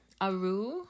Aru